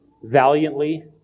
valiantly